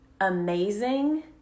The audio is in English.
amazing